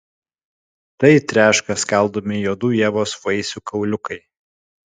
tai treška skaldomi juodų ievos vaisių kauliukai